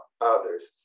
others